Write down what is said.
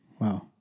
Wow